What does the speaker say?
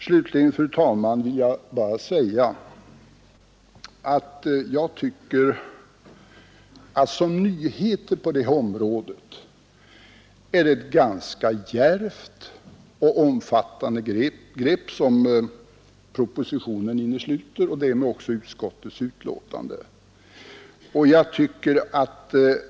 Slutligen, fru talman, vill jag säga att jag tycker att det såsom nyhet på detta område är ett ganska djärvt och omfattande grepp som propositionen och därmed också utskottsbetänkandet innesluter.